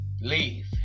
Leave